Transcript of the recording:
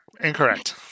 incorrect